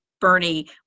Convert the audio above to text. Bernie